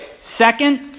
Second